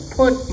put